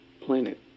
planet